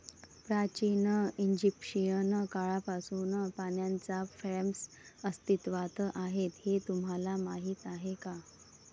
प्राचीन इजिप्शियन काळापासून पाण्याच्या फ्रेम्स अस्तित्वात आहेत हे तुम्हाला माहीत आहे का?